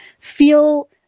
feel